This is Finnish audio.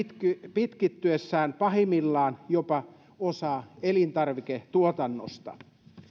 pitkittyessään pahimmillaan jopa osaa elintarviketuotannosta